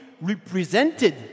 represented